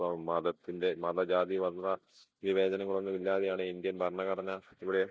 ഇപ്പം മതത്തിൻ്റെ മത ജാതി വർണ വിവേചനങ്ങളൊന്നും ഇല്ലാതെയാണ് ഇന്ത്യൻ ഭരണ ഘടന ഇവിടെ